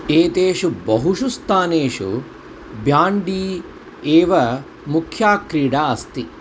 एतेषु बहुषु स्थानेषु ब्याण्डी एव मुख्या क्रीडा अस्ति